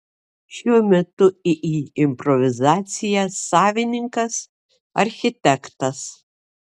šiuo metu iį improvizacija savininkas architektas